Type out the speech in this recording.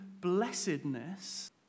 blessedness